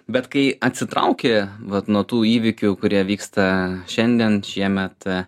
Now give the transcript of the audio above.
bet kai atsitraukė vat nuo tų įvykių kurie vyksta šiandien šiemet